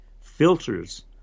filters